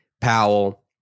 Powell